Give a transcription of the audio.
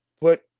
put